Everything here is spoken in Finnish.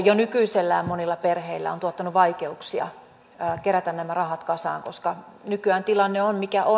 jo nykyisellään monilla perheillä on tuottanut vaikeuksia kerätä nämä rahat kasaan koska nykyään tilanne on mikä on